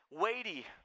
weighty